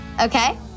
Okay